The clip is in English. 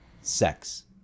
sex